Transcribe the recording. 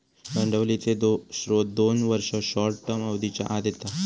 भांडवलीचे स्त्रोत दोन वर्ष, शॉर्ट टर्म अवधीच्या आत येता